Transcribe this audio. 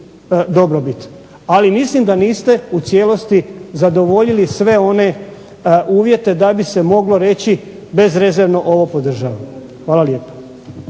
ali mislim da niste u cijelosti zadovoljili sve one uvjete da bi se moglo reći bezrezervno ovo podržavam. Hvala lijepa.